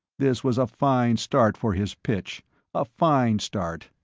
this was a fine start for his pitch a fine start.